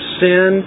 sin